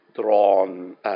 drawn